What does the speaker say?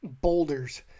boulders